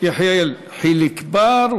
יחיאל חיליק בר.